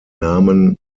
namen